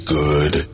good